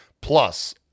plus